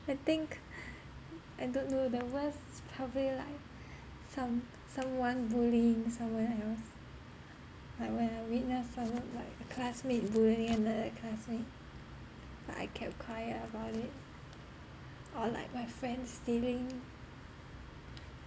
I think I don't know the worst is probably like some~ someone bullying someone else like when I witness someone like a classmate bullying and that that kind of thing but I kept quiet about it or like my friend stealing